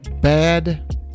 Bad